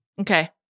Okay